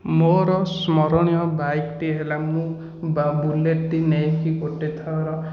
ମୋର ସ୍ମରଣୀୟ ବାଇକ୍ ହେଲା ମୁଁ ବୁଲେଟ୍ ଟି ନେଇକି ଗୋଟିଏଥର